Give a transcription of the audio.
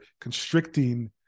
constricting